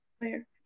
player